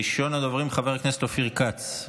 ראשון הדוברים, חבר הכנסת אופיר כץ.